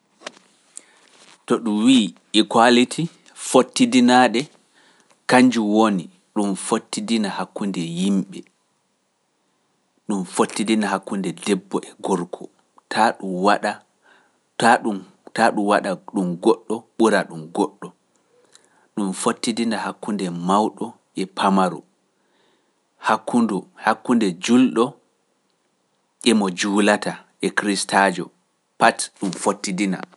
To ɗum wi'i eeqaaliti fottidinaaɗe, kanjum woni ɗum fottidina hakkunde yimɓe, ɗum fottidina hakkunde debbo e gorko, taa ɗum waɗa ɗum goɗɗo ɓura ɗum goɗɗo, ɗum fottidina hakkunde mawɗo e pamaru, hakkunde juulɗo e mo juulata e kiristaajo pati ɗum fottidina.